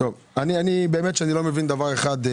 אני לא מבין דבר אחד.